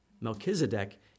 Melchizedek